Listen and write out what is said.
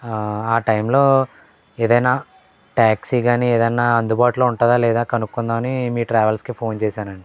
ఆ టైంలో ఏదైనా ట్యాక్సీ కానీ ఏదన్నా అందుబాటులో ఉంటుందా లేదా కనుక్కుందాం అని మీ ట్రావెల్స్కి ఫోన్ చేసానండి